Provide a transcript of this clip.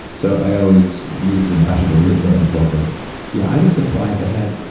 so i always move them out of the room or unplug them yeah, i was surprised i had.